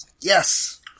Yes